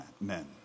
men